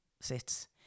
sits